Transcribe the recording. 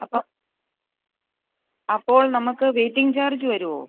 അപ്പോൾ അപ്പോൾ നമുക്ക് വെയ്റ്റിംഗ് ചാർജ് വരുമോ